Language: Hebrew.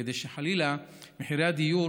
כדי שחלילה מחירי הדיור